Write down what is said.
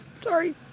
Sorry